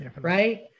right